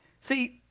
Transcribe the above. See